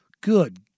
Good